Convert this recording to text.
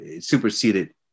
superseded